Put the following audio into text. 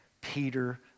Peter